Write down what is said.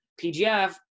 PGF